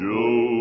Joe